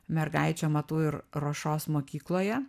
mergaičių amatų ir ruošos mokykloje